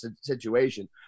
situation